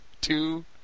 Two